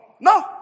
No